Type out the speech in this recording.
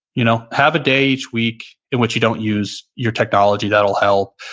you know have a day each week in which you don't use your technology. that will help.